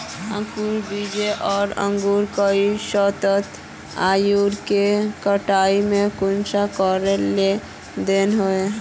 अंकूर बीज आर अंकूर कई औसत आयु के कटाई में कुंसम करे लेन देन होए?